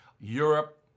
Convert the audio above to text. Europe